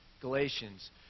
Galatians